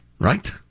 Right